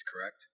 correct